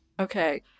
Okay